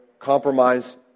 compromise